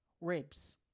ribs